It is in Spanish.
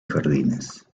jardines